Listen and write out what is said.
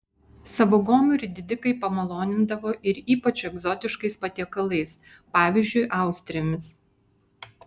savo gomurį didikai pamalonindavo ir ypač egzotiškais patiekalais pavyzdžiui austrėmis